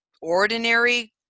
ordinary